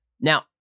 Now